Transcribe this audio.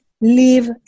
Leave